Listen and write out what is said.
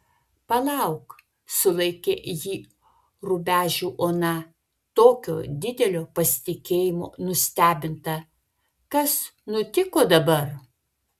palauk sulaikė jį rubežių ona tokio didelio pasitikėjimo nustebinta kas nutiko dabar